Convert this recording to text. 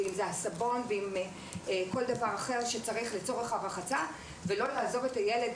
סבון וכל דבר אחר שצריך לצורך הרחצה ולא לעזוב את הילד